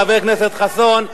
חבר הכנסת חסון,